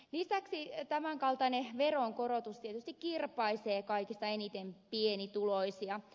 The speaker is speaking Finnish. lisäksi tämän kaltainen veronkorotus tietysti kirpaisee kaikista eniten pienituloisia